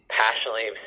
passionately